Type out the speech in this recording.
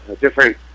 different